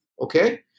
okay